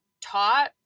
taught